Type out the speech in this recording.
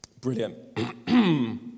Brilliant